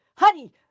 honey